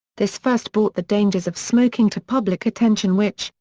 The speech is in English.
this first brought the dangers of smoking to public attention which,